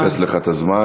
אני מאפס לך את הזמן,